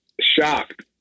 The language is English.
shocked